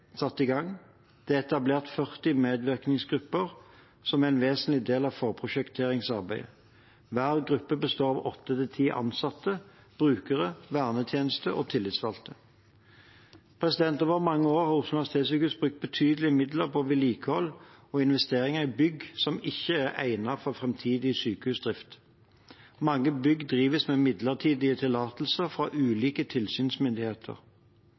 Det er etablert 40 medvirkningsgrupper som en vesentlig del av forprosjekteringsarbeidet. Hver gruppe består av åtte–ti ansatte, brukere, vernetjeneste og tillitsvalgte. Over mange år har Oslo universitetssykehus brukt betydelige midler på vedlikehold og investeringer i bygg som ikke er egnet for framtidig sykehusdrift. Mange bygg drives med midlertidige tillatelser fra ulike tilsynsmyndigheter.